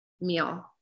meal